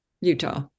Utah